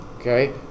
Okay